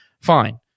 fine